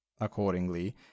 accordingly